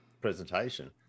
presentation